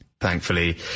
Thankfully